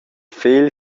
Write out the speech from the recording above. fegl